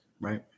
right